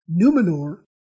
Numenor